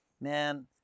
man